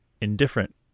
indifferent